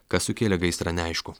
kas sukėlė gaisrą neaišku